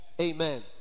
Amen